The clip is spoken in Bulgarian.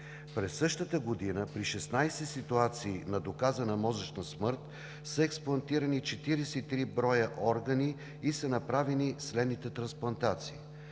През същата година при 16 ситуации на доказана мозъчна смърт са експлантирани 43 броя органа и са направени следните трансплантации: